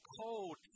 cold